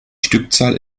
stückzahl